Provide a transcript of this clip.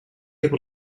able